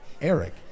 Eric